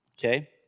okay